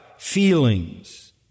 feelings